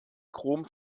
chrome